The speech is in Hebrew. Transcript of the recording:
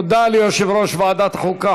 תודה ליושב-ראש ועדת החוקה,